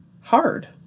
hard